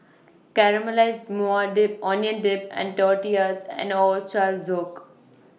Caramelized Maui Dip Onion Dip and Tortillas and Ochazuke